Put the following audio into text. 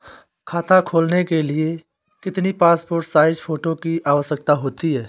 खाता खोलना के लिए कितनी पासपोर्ट साइज फोटो की आवश्यकता होती है?